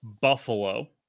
buffalo